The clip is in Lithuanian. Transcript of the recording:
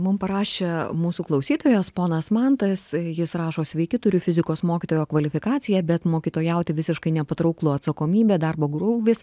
mum parašė mūsų klausytojas ponas mantas jis rašo sveiki turiu fizikos mokytojo kvalifikaciją bet mokytojauti visiškai nepatrauklu atsakomybė darbo krūvis